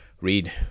read